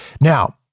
Now